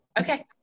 Okay